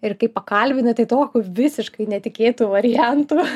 ir kai pakalbini tai tokių visiškai netikėtų variantų